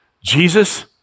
Jesus